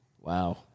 Wow